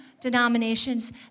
denominations